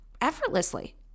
effortlessly